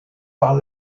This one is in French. par